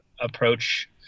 approach